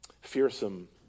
Fearsome